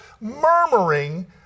murmuring